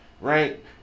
right